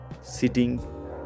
sitting